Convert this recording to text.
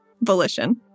Volition